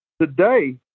today